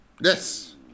Yes